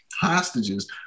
hostages